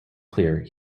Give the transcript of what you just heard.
clear